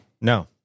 No